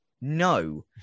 no